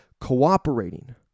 Cooperating